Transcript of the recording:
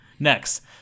Next